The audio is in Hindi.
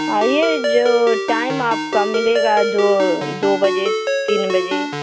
आएं जो टाइम आपका मिलेगा जो दो बजे तीन बजे